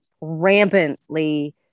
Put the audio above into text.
rampantly